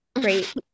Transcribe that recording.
Great